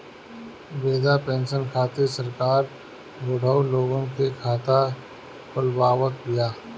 वृद्धा पेंसन खातिर सरकार बुढ़उ लोग के खाता खोलवावत बिया